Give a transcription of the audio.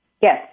Yes